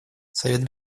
совет